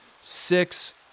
six